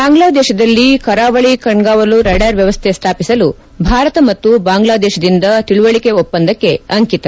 ಬಾಂಗ್ಲಾದೇಶದಲ್ಲಿ ಕರಾವಳಿ ಕಣ್ಗಾವಲು ರಡಾರ್ ವ್ಯವಸ್ಥೆ ಸ್ಥಾಪಿಸಲು ಭಾರತ ಮತ್ತು ಬಾಂಗ್ಲಾದೇಶದಿಂದ ತಿಳವಳಿಕೆ ಒಪ್ಪಂದಕ್ಕೆ ಅಂಕಿತ